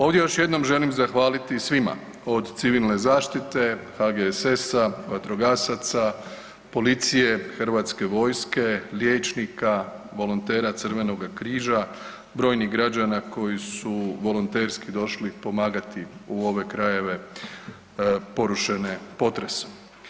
Ovdje još jednom želim zahvaliti svima, od civilne zaštite, HGSS-a, vatrogasaca, policije, Hrvatske vojske, liječnika, volontera Crvenoga križa, brojnih građana koji su volonterski došli pomagati u ove krajeve porušene potresom.